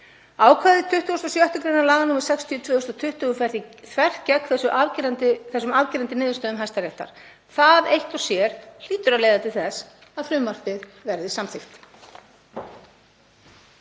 Ákvæði 26. gr. laga nr. 60/2020 fer því þvert gegn þessum afgerandi niðurstöðum Hæstaréttar. Það eitt og sér hlýtur að leiða til þess að frumvarpið verði samþykkt.